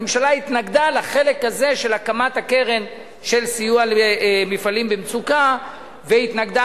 הממשלה התנגדה לחלק של הקמת הקרן לסיוע למפעלים במצוקה והתנגדה